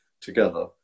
together